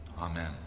Amen